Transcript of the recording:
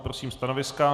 Prosím stanoviska.